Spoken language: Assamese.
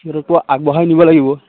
সিহঁতকতো আগবঢ়াই নিব লাগিব